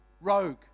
rogue